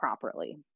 properly